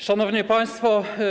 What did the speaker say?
Szanowni Państwo!